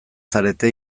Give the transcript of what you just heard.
zarete